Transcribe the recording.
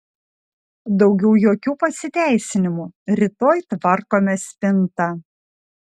daugiau jokių pasiteisinimų rytoj tvarkome spintą